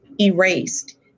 erased